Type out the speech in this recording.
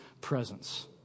presence